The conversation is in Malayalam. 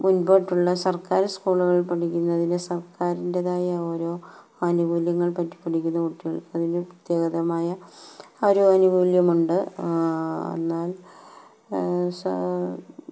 മുന്നോട്ടുള്ള സർക്കാര് സ്കൂളുകളില് പഠിക്കുന്നതിന് സർക്കാരിൻ്റെതായ ഓരോ ആനുകൂല്യങ്ങൾ പറ്റി പഠിക്കുന്ന കുട്ടികൾക്ക് അതിന് പ്രത്യേകമായ ആ ഒരു അനുകൂല്യമുണ്ട് എന്നാൽ